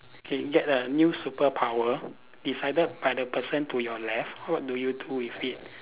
can get a new superpower decided by the person to your left what do you do with it